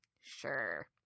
sure